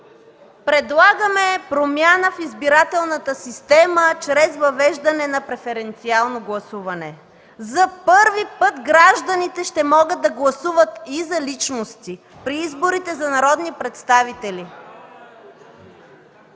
предлагаме промяна в избирателната система чрез въвеждане на преференциално гласуване. За първи път гражданите ще могат да гласуват и за личности при изборите за народни представители!